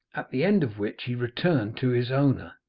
at the end of which he returned to his owner.